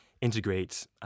integrate